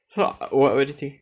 so ah what what do you think